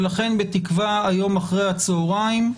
בתקווה היום אחר הצוהריים,